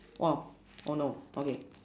!wow! oh no okay